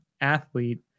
athlete